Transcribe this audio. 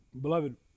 Beloved